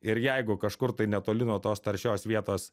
ir jeigu kažkur netoli nuo tos taršios vietos